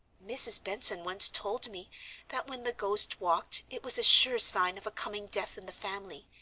mrs. benson once told me that when the ghost walked, it was a sure sign of a coming death in the family.